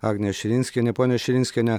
agnė širinskienė ponia širinskiene